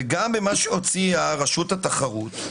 וגם במה שהוציאה רשות התחרות,